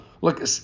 Look